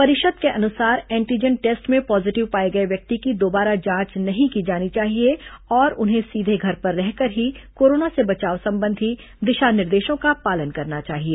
परिषद के अनुसार एंटीजन टेस्ट में पॉजिटिव पाए गए व्यक्ति की दोबारा जांच नहीं की जानी चाहिए और उन्हें सीधे घर पर रहकर ही कोरोना से बचाव संबंधी दिशा निर्देशों का पालन करना चाहिए